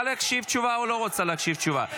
להקשיב לתשובה או לא רוצה להקשיב לתשובה?